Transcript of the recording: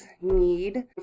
need